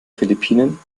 philippinen